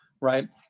right